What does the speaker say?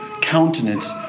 countenance